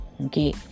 Okay